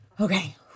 Okay